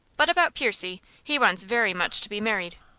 but about percy he wants very much to be married.